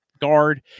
guard